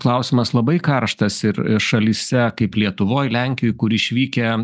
klausimas labai karštas ir šalyse kaip lietuvoj lenkijoj kur išvykę